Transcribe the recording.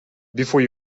before